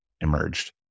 emerged